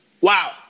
Wow